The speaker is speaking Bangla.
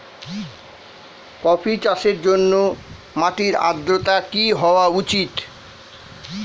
কফি চাষের জন্য মাটির আর্দ্রতা কি হওয়া উচিৎ?